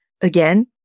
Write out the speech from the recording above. again